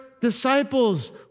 disciples